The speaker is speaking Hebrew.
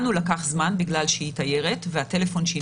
לנו לקח זמן בגלל שהיא תיירת והטלפון שהיא